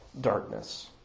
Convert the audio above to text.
darkness